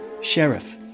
Sheriff